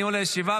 לא מכיר את האיש.